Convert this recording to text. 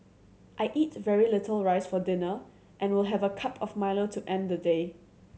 I eat very little rice for dinner and will have a cup of Milo to end the day